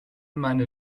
meine